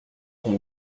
qu’on